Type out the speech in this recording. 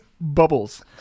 Bubbles